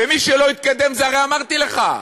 ומי שלא יתקדם זה, הרי אמרתי לך,